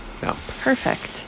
perfect